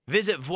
Visit